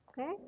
Okay